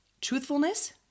truthfulness